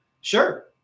Sure